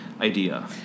idea